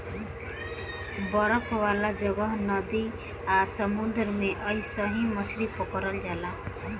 बरफ वाला जगह, नदी आ समुंद्र में अइसही मछली पकड़ल जाला